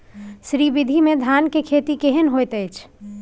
श्री विधी में धान के खेती केहन होयत अछि?